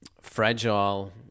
fragile